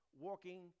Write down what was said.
walking